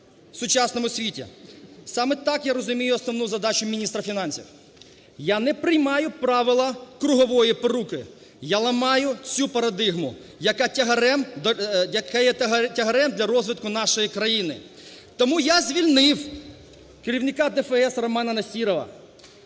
Саме так я розумію основу задачу міністра фінансів. Я не приймаю правила кругової поруки, я ламаю цю парадигму, яка є тягарем для розвитку нашої країни. Тому я звільнив керівника ДФС Романа Насірова.